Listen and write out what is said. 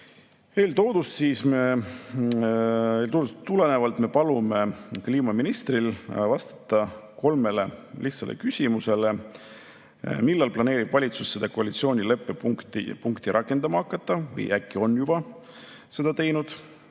alustada. Eeltoodust tulenevalt me palume kliimaministril vastata kolmele lihtsale küsimusele. Millal planeerib valitsus seda koalitsioonileppe punkti rakendama hakata või äkki on ta seda juba